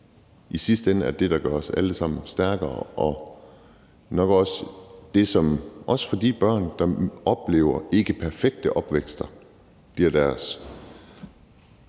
i sidste ende gør os alle sammen stærkere, og nok også det, som – også for de børn, der oplever en opvækst, der ikke